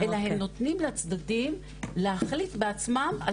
אלא הם נותנים לצדדים להחליט בעצמם על